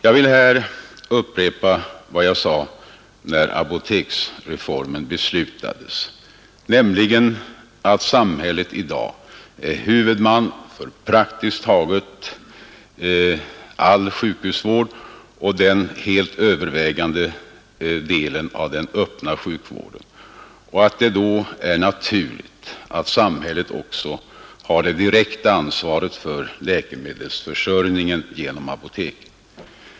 Jag vill här upprepa vad jag sade när apoteksreformen beslutades, nämligen att samhället i dag är huvudman för praktiskt taget all sjukhusvård och den allt övervägande delen av den öppna sjukvården och att det då är naturligt att samhället också har det direkta ansvaret för läkemedelsförsörjningen genom apoteken.